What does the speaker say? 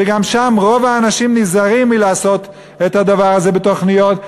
שגם שם רוב האנשים נזהרים מלעשות את הדבר הזה בתוכניות,